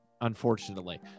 unfortunately